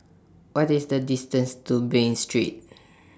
What IS The distance to Bain Street